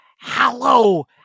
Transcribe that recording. Hello